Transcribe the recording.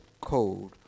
code